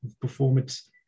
performance